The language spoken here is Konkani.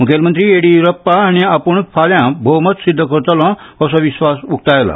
मुखेलमंत्री येडियुरप्पा हांणी आपूण फाल्यां भोवमत सिद्ध करतलों असो विस्वास उकतायला